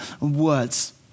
words